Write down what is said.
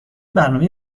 برنامه